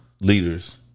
leaders